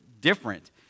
different